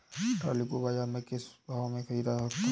Trolley को बाजार से किस भाव में ख़रीदा जा सकता है?